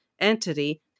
entity